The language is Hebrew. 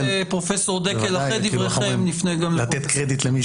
בוודאי, לתת קרדיט למי